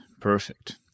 perfect